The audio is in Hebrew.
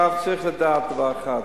עכשיו, צריך לדעת דבר אחד: